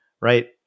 right